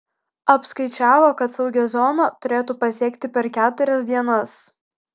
apskaičiavo kad saugią zoną turėtų pasiekti per keturias dienas